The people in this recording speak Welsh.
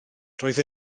roedd